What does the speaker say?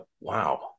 wow